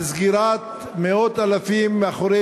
על סגירת מאות אלפים מאחורי